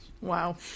Wow